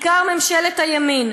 בעיקר ממשלת הימין,